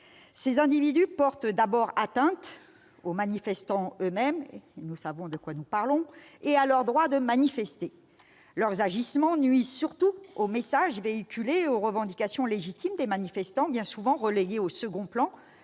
Ces individus portent atteinte d'abord aux manifestants eux-mêmes- nous savons de quoi nous parlons -et au droit de ceux-ci à manifester. Eh oui ! Leurs agissements nuisent surtout aux messages véhiculés et aux revendications légitimes des manifestants, bien souvent relégués au second plan